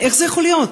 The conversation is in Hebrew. איך זה יכול להיות?